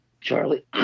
Charlie